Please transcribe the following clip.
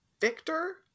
Victor